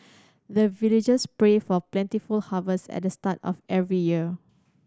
the villagers pray for plentiful harvest at the start of every year